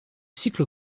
cyclo